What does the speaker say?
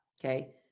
okay